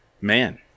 man